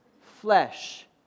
flesh